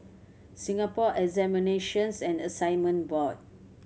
Singapore Examinations and Assessment Board